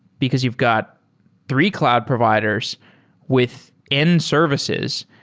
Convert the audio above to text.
because you've got three cloud providers with n services,